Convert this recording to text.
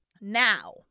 Now